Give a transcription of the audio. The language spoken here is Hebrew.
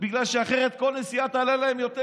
בגלל שאחרת כל נסיעה תעלה להם יותר.